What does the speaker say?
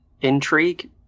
intrigue